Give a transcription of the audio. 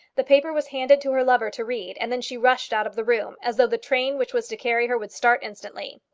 the paper was handed to her lover to read, and then she rushed out of the room as though the train which was to carry her would start instantly.